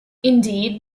indeed